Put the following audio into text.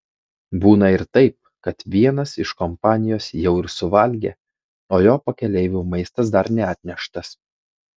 būna ir taip kad vienas iš kompanijos jau ir suvalgė o jo pakeleiviui maistas dar neatneštas